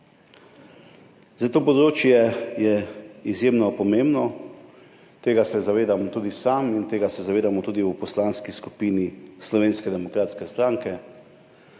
To področje je izjemno pomembno. Tega se zavedam tudi sam in tega se zavedamo tudi v Poslanski skupini Slovenske demokratske stranke.